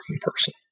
person